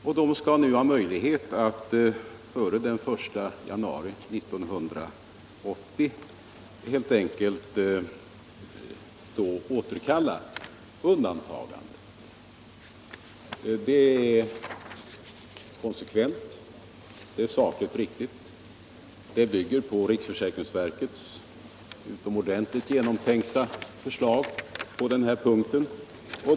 Därför skall de ha möjlighet att före den 1 januari 1980 kunna återkalla undantagandet. Det är konsekvent, sakligt riktigt och bygger på riksförsäkringsverkets genomtänkta förslag på denna punkt.